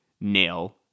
nail